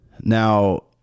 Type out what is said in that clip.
Now